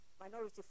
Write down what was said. Minority